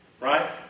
Right